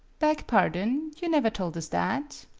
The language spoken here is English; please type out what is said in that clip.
beg pardon. you never told us that.